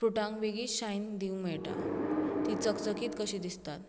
फ्रुटांक वेगळीत शाइन दिवक मेळटा ती चकचकीत कशीं दिसतात